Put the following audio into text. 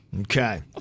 Okay